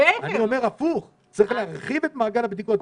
אני אומר הפוך, צריך להרחיב את מעגל הבדיקות.